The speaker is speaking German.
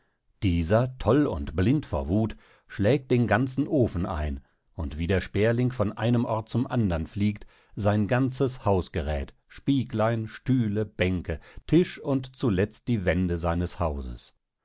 dieser toll und blind vor wuth schlägt den ganzen ofen ein und wie der sperling von einem ort zum andern fliegt sein ganzes hausgeräth spieglein stühle bänke tisch und zuletzt die wände seines hauses